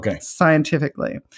scientifically